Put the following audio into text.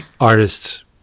artists